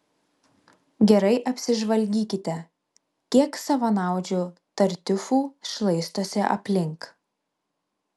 gerai apsižvalgykite kiek savanaudžių tartiufų šlaistosi aplink